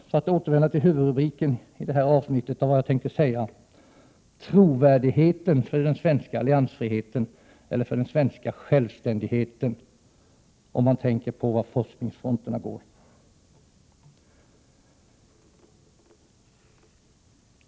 För att återvända till huvudrubriken för vad jag tänkte säga i detta avsnitt så ökar inte detta precis trovärdigheten för den svenska alliansfriheten eller för den svenska självständigheten, speciellt om man tänker på var forskningsfronterna går.